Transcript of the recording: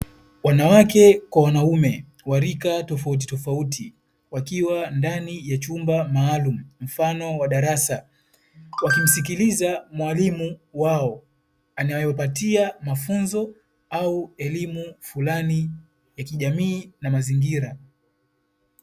Wanawake kwa wanaume wa rika tofauti tofauti, wakiwa ndani ya chumba maalumu mfano wa darasa, wakimsikiliza mwalimu wao anayewapatia mafunzo au elimu fulani ya kijamii na mazingira.